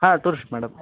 ಹಾಂ tourist madam